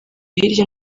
hirya